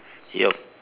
yup